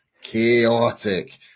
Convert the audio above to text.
chaotic